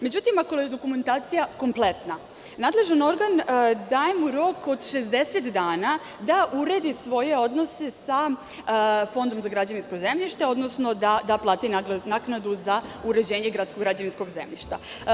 Međutim, ako je dokumentacija kompletna, nadležni organ mu daje rok od 60 dana da uredi svoje odnose sa Fondom za građevinsko zemljište, odnosno da plati naknadu za uređenje gradskog građevinskog zemljišta.